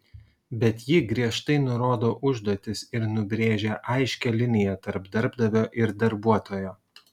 bet ji griežtai nurodo užduotis ir nubrėžia aiškią liniją tarp darbdavio ir darbuotojo